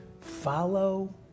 follow